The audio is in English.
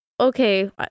okay